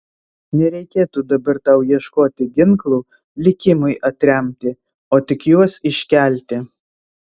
nereikėtų dabar tau ieškoti ginklų likimui atremti o tik juos iškelti